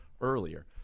earlier